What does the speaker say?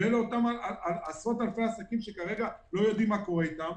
אלה אותם עשרות אלפי עסקים שכרגע לא יודעים מה קורה איתם.